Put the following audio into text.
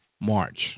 March